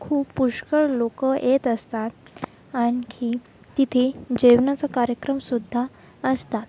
खूप पुष्कळ लोकं येत असतात आणखी तिथे जेवणाचा कार्यक्रमसुद्धा असतात